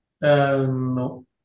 No